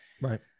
right